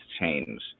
change